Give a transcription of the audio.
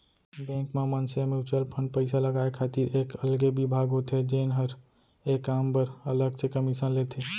bank म मनसे ह म्युचुअल फंड पइसा लगाय खातिर एक अलगे बिभाग होथे जेन हर ए काम बर अलग से कमीसन लेथे